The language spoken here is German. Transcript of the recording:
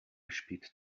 spielt